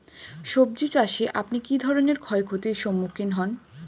সবজী চাষে আপনি কী ধরনের ক্ষয়ক্ষতির সম্মুক্ষীণ হন?